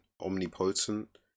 omnipotent